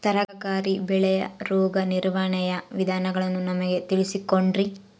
ತರಕಾರಿ ಬೆಳೆಯ ರೋಗ ನಿರ್ವಹಣೆಯ ವಿಧಾನಗಳನ್ನು ನಮಗೆ ತಿಳಿಸಿ ಕೊಡ್ರಿ?